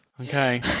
Okay